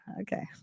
okay